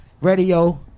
Radio